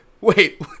Wait